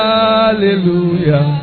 hallelujah